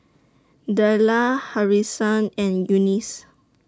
Della Harrison and Eunice